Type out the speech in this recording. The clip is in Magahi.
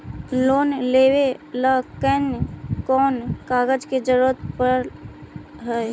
लोन लेबे ल कैन कौन कागज के जरुरत पड़ है?